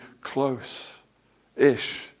close-ish